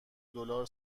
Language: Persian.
دلار